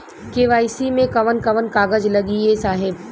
KYC मे कवन कवन कागज लगी ए साहब?